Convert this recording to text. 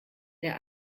der